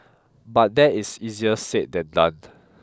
but that is easier said than done